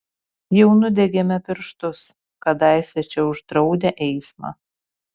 jau nudegėme pirštus kadaise čia uždraudę eismą